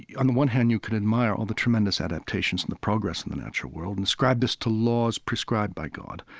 yeah on the one hand, you can admire all the tremendous adaptations and the progress in the natural world and ascribe this to laws prescribed by god.